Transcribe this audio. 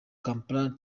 kampala